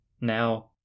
now